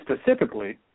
specifically